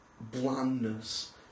Blandness